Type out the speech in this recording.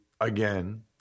again